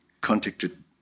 contacted